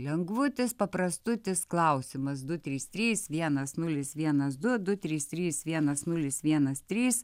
lengvutis paprastutis klausimas du trys trys vienas nulis vienas du du trys trys vienas nulis vienas trys